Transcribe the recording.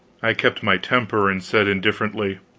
i kept my temper, and said, indifferently